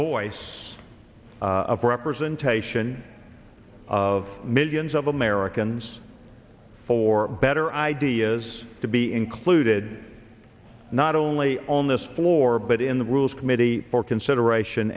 of representation of millions of americans for better ideas to be included not only on this floor but in the rules committee for consideration